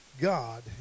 God